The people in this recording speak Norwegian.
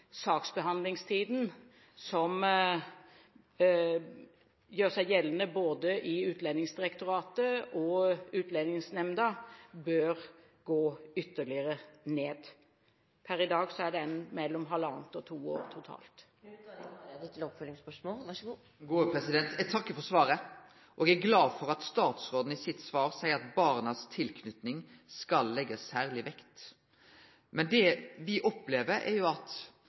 saksbehandlingstiden som gjør seg gjeldende, i både Utlendingsdirektoratet og Utlendingsnemnda, bør gå ytterligere ned. Per i dag er den på mellom ett og et halvt og to år totalt. Eg takkar for svaret. Eg er glad for at statsråden i sitt svar seier at det skal bli lagt særleg vekt på barnas tilknyting. Men det me opplever, er jo at